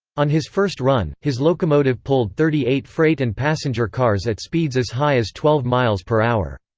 on his first run, his locomotive pulled thirty eight freight and passenger cars at speeds as high as twelve miles per hour.